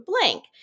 blank